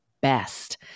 best